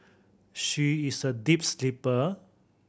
she is a deep sleeper